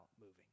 moving